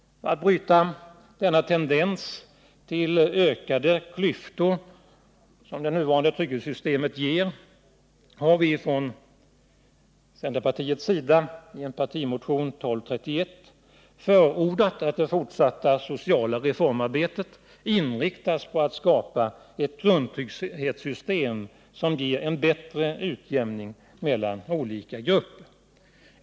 För att bryta den tendens till att skapa ökade klyftor som det nuvarande trygghetssystemet medför har vi från centerpartiets sida i partimotionen 1231 förordat att det fortsatta sociala reformarbetet inriktas på att skapa ett grundtrygghetssystem som ger en bättre utjämning mellan olika grupper.